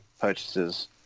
purchases